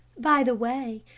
by the way,